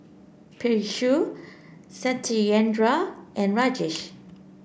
Peyush Satyendra and Rajesh